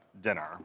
dinner